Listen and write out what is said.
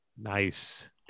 Nice